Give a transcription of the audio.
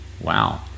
Wow